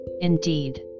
Indeed